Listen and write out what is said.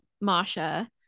Masha